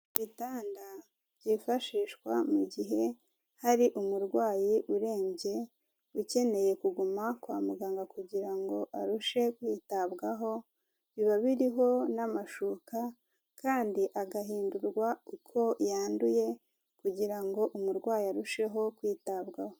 Ibitanda byifashishwa mu gihe hari umurwayi urembye, ukeneye kuguma kwa muganga kugira ngo arusheho kwitabwaho, biba biriho n'amashuka kandi agahindurwa uko yanduye kugira ngo umurwayi arusheho kwitabwaho.